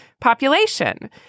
population